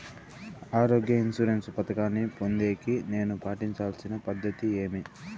ఆరోగ్య ఇన్సూరెన్సు పథకాన్ని పొందేకి నేను పాటించాల్సిన పద్ధతి ఏమి?